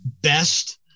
best